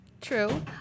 True